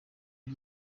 rya